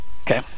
Okay